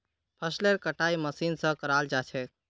फसलेर कटाई मशीन स कराल जा छेक